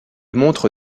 montre